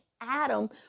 Adam